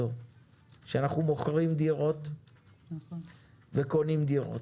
שאנחנו מוכרים דירות וקונים דירות,